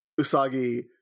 Usagi